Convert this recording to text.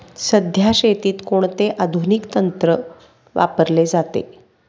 सध्या शेतीत कोणते आधुनिक तंत्र वापरले जाते?